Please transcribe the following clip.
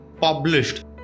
published